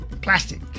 plastic